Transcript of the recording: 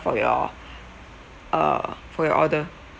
for your uh for your order